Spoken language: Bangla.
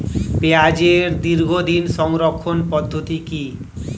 পেঁয়াজের দীর্ঘদিন সংরক্ষণ পদ্ধতি কি?